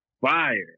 fire